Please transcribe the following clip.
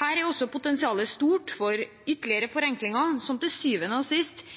Her er også potensialet stort for ytterligere forenklinger som til sjuende og sist